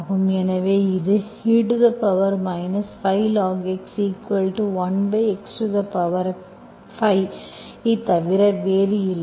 எனவே இது e 5 logx1x5 ஐத் தவிர வேறில்லை